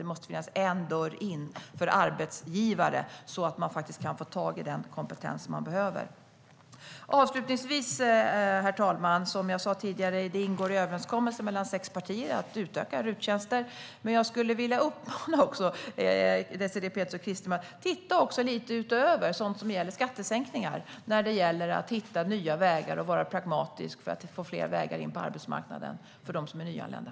Det måste finnas en dörr in för arbetsgivare så att de kan få tag i den kompetens de behöver. Avslutningsvis, herr talman: Som jag sa tidigare ingår det i överenskommelsen mellan sex partier att utöka RUT-tjänsterna. Jag skulle samtidigt vilja uppmana Désirée Pethrus och Kristdemokraterna att även titta på annat, utöver skattesänkningar, för att genom att vara pragmatisk hitta nya vägar in på arbetsmarknaden för dem som är nyanlända.